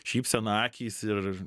šypsena akys ir